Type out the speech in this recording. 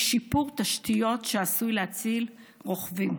היא שיפור תשתיות, שעשוי להציל רוכבים.